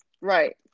Right